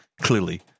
clearly